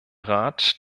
rat